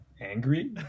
Angry